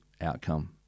outcome